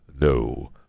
no